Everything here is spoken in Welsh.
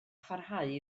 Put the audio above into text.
pharhau